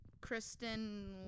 Kristen